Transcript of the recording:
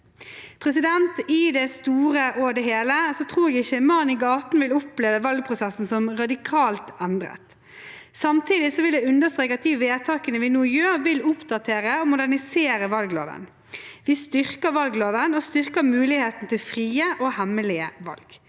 vi nå opp. I det store og hele tror jeg ikke mannen i gaten vil oppleve valgprosessen som radikalt endret. Samtidig vil jeg understreke at de vedtakene vi nå gjør, vil oppdatere og modernisere valgloven. Vi styrker valgloven og styrker muligheten til frie og hemmelige valg.